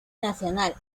nacional